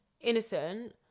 innocent